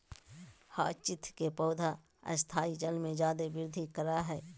hyacinth के पौधा स्थायी जल में जादे वृद्धि करा हइ